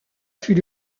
fut